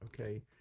okay